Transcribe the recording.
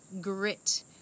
grit